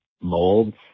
molds